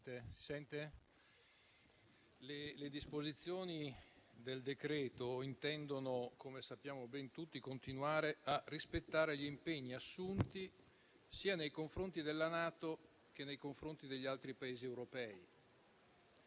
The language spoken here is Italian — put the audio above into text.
le disposizioni del decreto-legge, come sappiamo tutti, intendono continuare a rispettare gli impegni assunti sia nei confronti della NATO, sia nei confronti degli altri Paesi europei.